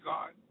God